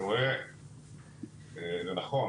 אני רואה לנכון,